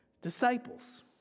disciples